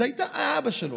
אם זה היה אבא שלו,